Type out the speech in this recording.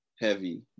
heavy